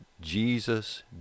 Jesus